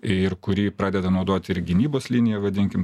ir kurį pradeda naudoti ir gynybos linija vadinkim